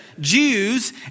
Jews